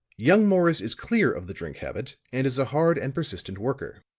young morris is clear of the drink habit, and is a hard and persistent worker.